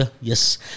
yes